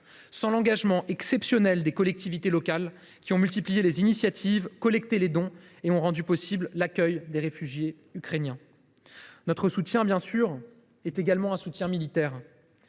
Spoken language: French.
sans l’engagement exceptionnel des collectivités locales, qui ont pris de nombreuses initiatives, collecté des dons et rendu possible l’accueil des réfugiés ukrainiens. Notre soutien, bien sûr, est également militaire.